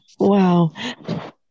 Wow